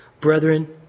Brethren